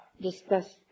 discuss